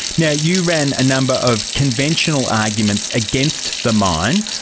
now, you ran a number of conventional arguments against the mine.